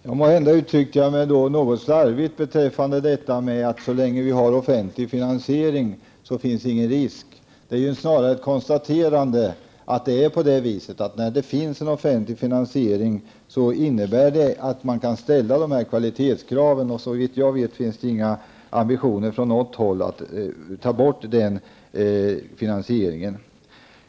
Herr talman! Måhända uttryckte jag mig något slarvigt beträffande att det inte finns någon risk så länge vi har offentlig finansiering. Det är ju snarare ett konstaterande av att man när det finns en offentlig finansiering kan ställa dessa kvalitetskrav. Såvitt jag vet finns det inte från något håll några ambitioner att ta bort den finansieringen.